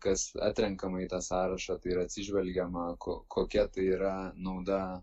kas atrenkama į tą sąrašą tai yra atsižvelgiama ko kokia tai yra nauda